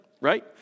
right